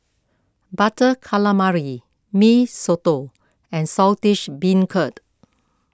Butter Calamari Mee Soto and Saltish Beancurd